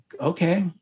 Okay